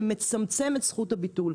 שמצמצם את זכות הביטול.